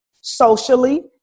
socially